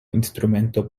instrumento